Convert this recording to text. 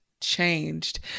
changed